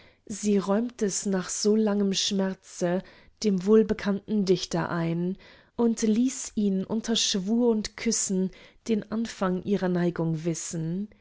sie räumt es nach so langem schmerze dem wohlbekannten dichter ein und ließ ihn unter schwur und küssen den anfang ihrer neigung wissen